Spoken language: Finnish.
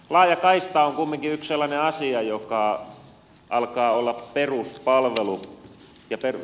laajakaista on kumminkin yksi sellainen asia joka alkaa olla peruspalvelu